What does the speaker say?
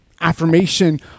affirmation